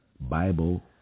Bible